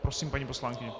Prosím, paní poslankyně.